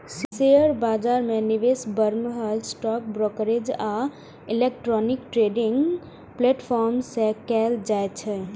share बाजार मे निवेश बरमहल स्टॉक ब्रोकरेज आ इलेक्ट्रॉनिक ट्रेडिंग प्लेटफॉर्म सं कैल जाइ छै